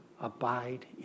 abide